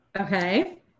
Okay